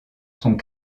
sont